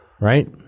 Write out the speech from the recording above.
right